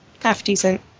half-decent